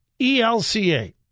ELCA